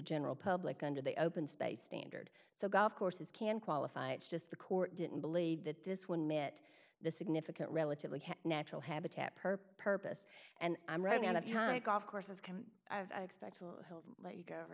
general public under the open space standard so golf courses can qualify it's just the court didn't believe that this one met the significant relatively natural habitat per purpose and i'm running out of time golf courses can expect to let you go over